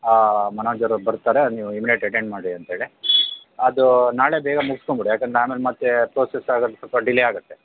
ಮನೋಜೋರು ಬರ್ತಾರೆ ನೀವು immediate attend ಮಾಡಿ ಅಂತ ಹೇಳಿ ಅದು ನಾಳೆ ಬೇಗ ಮುಗ್ಸ್ಕೊಂಬಿಡಿ ಯಾಕಂದರೆ ನಾನು ಮತ್ತೆ ಪ್ರೋಸೆಸ್ಸ್ ಆಗೋದಕ್ಕೆ ಸ್ವಲ್ಪ ಡಿಲೇ ಆಗತ್ತೆ